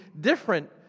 different